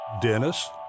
Dennis